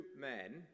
men